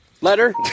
Letter